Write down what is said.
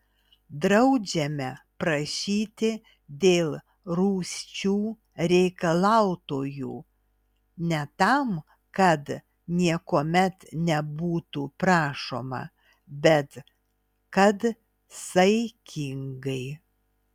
draudžiame prašyti dėl rūsčių reikalautojų ne tam kad niekuomet nebūtų prašoma bet kad saikingai